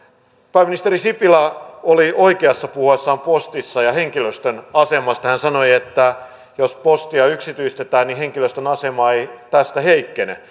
pääministeri sipilä oli oikeassa puhuessaan postista ja henkilöstön asemasta hän sanoi että jos postia yksityistetään niin henkilöstön asema ei tästä heikkene